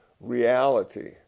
reality